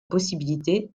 possibilité